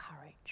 courage